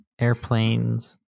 airplanes